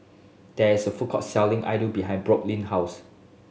there is a food court selling Idili behind Brooklyn house